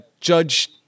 judge-